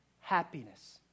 happiness